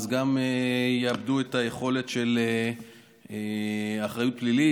גם יאבדו את היכולת של אחריות פלילית